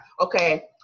okay